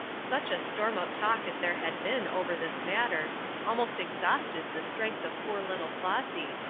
such a storm of talk as there had been over this matter almost exhausted the strength of poor little flossy,